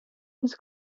his